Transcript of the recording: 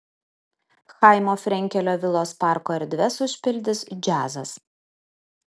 chaimo frenkelio vilos parko erdves užpildys džiazas